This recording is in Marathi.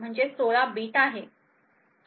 म्हणजे 16 बिट आहेत